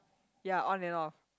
ya on and off